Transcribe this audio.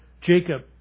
Jacob